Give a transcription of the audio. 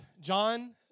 John